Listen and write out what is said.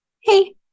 hey